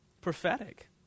prophetic